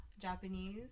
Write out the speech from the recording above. Japanese